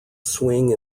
swing